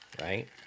right